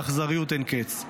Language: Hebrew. באכזריות אין-קץ.